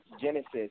Genesis